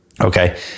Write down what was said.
Okay